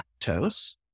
lactose